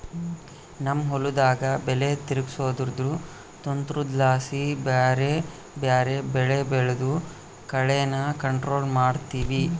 ನಮ್ ಹೊಲುದಾಗ ಬೆಲೆ ತಿರುಗ್ಸೋದ್ರುದು ತಂತ್ರುದ್ಲಾಸಿ ಬ್ಯಾರೆ ಬ್ಯಾರೆ ಬೆಳೆ ಬೆಳ್ದು ಕಳೇನ ಕಂಟ್ರೋಲ್ ಮಾಡ್ತಿವಿ